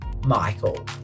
Michael